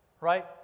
right